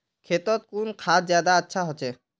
खेतोत कुन खाद ज्यादा अच्छा होचे?